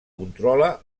controla